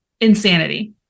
Insanity